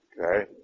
Okay